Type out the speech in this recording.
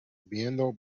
viendo